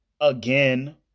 again